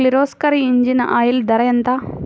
Kirloskar engine oil ధర ఎంత?